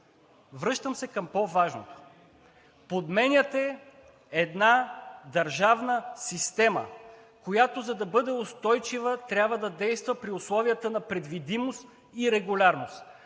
Връщам се към по-важното. Подменяте една държавна система, която, за да бъде устойчива, трябва да действа при условията на предвидимост и регулярност.